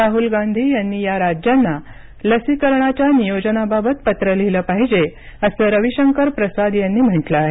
राहुल यांनी या राज्यांना लसीकरणाच्या नियोजनाबाबत पत्र लिहिलं पाहिजे असं रवी शंकर प्रसाद यांनी म्हटलं आहे